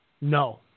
No